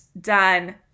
done